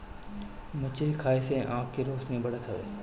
मछरी खाए से आँख के रौशनी बढ़त हवे